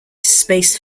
space